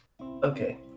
Okay